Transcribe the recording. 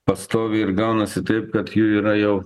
pastoviai ir gaunasi taip kad jų yra jau